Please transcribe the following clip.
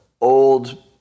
old